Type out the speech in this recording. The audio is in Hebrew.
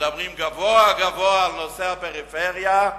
שמדברים גבוהה-גבוהה בנושא הפריפריה,